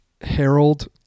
Harold